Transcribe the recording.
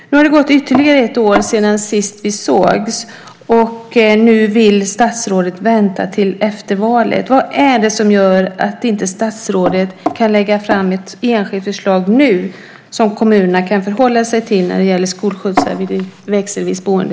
Nu har det gått ytterligare ett år sedan sist vi sågs. Nu vill statsrådet vänta till efter valet. Vad är det som gör att inte statsrådet kan lägga fram ett enskilt förslag nu som kommunerna kan förhålla sig till när det gäller skolskjutsar vid växelvis boende?